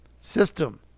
system